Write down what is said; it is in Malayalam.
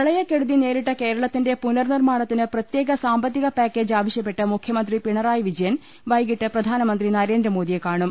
പ്രളയക്കെടുതി നേരിട്ട കേരളത്തിന്റെ പുനർ നിർമ്മാണത്തിന് പ്രത്യേക സാമ്പത്തിക പാക്കേജ് ആവശ്യപ്പെട്ട് മുഖ്യമന്ത്രി പിണറായി വിജയൻ വൈകീട്ട് പ്രധാനമന്ത്രി നരേന്ദ്രമോദിയെ കാണും